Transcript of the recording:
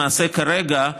למעשה כרגע,